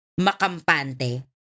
makampante